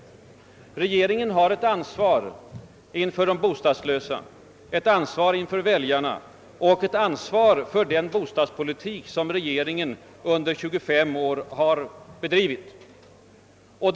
Regeringen har ett ansvar inför de bostadslösa och inför väljarna för den bostadspolitik som regeringen har bedrivit under 25 år.